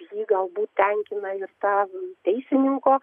jį galbūt tenkina ir taų teisininko